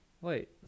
Wait